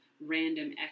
random